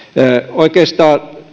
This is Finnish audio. oikeastaan